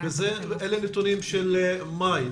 אלה נתונים של חודש מאי.